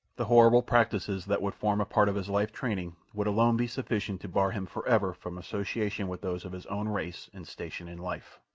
the horrible practices that would form a part of his life-training would alone be sufficient to bar him forever from association with those of his own race and station in life.